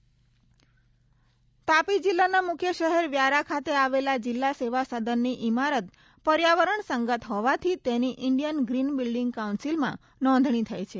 Tapi green building Tapi જિલ્લાના મુખ્ય શહેર વ્યારા ખાતે આવેલા જિલ્લા સેવા સદનની ઇમારત પર્યાવરણસંગત હોવાથી તેની ઇન્ડિયન ગ્રીન બિલ્ડીંગ કાઉન્સીલમાં નોંધણી થઇ છે